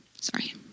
Sorry